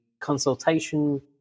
consultation